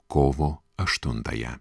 kovo aštuntąją